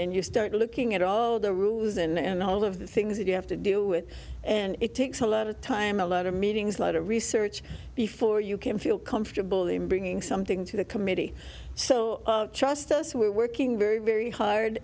and you start looking at all the rules and all of the things that you have to deal with and it takes a lot of time a lot of meetings lot of research before you can feel comfortable in bringing something to the committee so trust us we're working very very hard